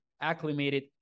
acclimated